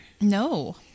No